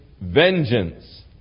vengeance